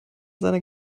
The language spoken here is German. seiner